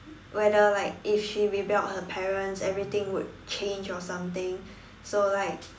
whether like if she rebelled her parents everything would change or something so like